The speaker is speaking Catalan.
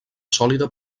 sòlida